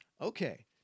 Okay